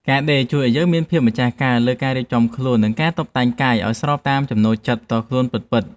ការដេរជួយឱ្យយើងមានភាពម្ចាស់ការលើការរៀបចំខ្លួន និងការតុបតែងកាយឱ្យស្របតាមចំណូលចិត្តផ្ទាល់ខ្លួនពិតៗ។